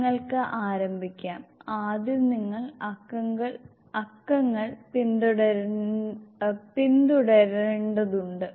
നിങ്ങൾക്ക് ആരംഭിക്കാം ആദ്യം നിങ്ങൾ അക്കങ്ങൾ പിന്തുടരേണ്ടതുണ്ട്